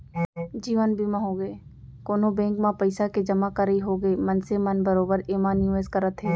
जीवन बीमा होगे, कोनो बेंक म पइसा के जमा करई होगे मनसे मन बरोबर एमा निवेस करत हे